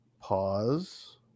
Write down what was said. Pause